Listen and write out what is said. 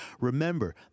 Remember